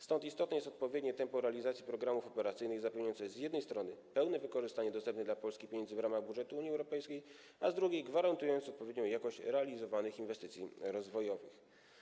Stąd istotne jest odpowiednie tempo realizacji programów operacyjnych, z jednej strony zapewniające pełne wykorzystanie dostępnych dla Polski pieniędzy w ramach budżetu Unii Europejskiej, a z drugiej - gwarantujące odpowiednią jakość realizowanych inwestycji rozwojowych.